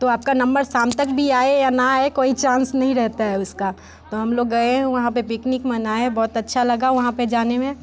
तो आपका नंबर शाम तक भी आए या ना आए कोई चांस नहीं रहता है उसका तो हम लोग गए वहाँ पे पिकनिक मनाए बहुतअच्छा लगा वहाँ पे जाने में